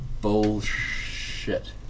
Bullshit